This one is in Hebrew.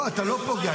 לא, אתה לא פוגע.